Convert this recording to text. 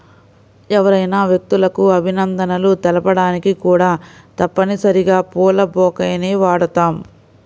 ఎవరైనా వ్యక్తులకు అభినందనలు తెలపడానికి కూడా తప్పనిసరిగా పూల బొకేని వాడుతాం